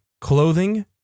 Clothing